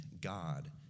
God